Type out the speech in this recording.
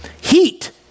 heat